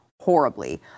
horribly